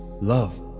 love